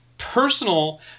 personal